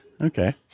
Okay